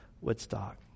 Woodstock